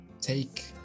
take